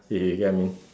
you get what I mean